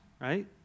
right